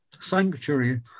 sanctuary